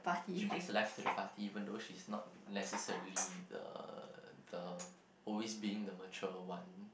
she based left to the party even though she's not necessarily the the always being the mature one